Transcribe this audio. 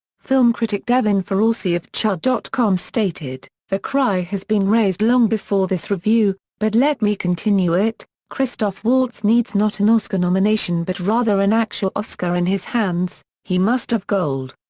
film critic devin faraci of chud dot com stated the cry has been raised long before this review, but let me continue it christoph waltz needs not an oscar nomination but rather an actual oscar in his hands. he must have gold.